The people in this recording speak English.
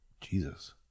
Jesus